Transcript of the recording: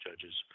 judges